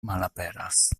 malaperas